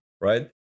right